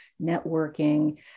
networking